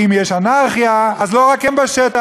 אם יש אנרכיה, אז לא רק הם בשטח.